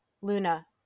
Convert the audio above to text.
Luna